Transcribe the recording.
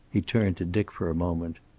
he turned to dick for a moment.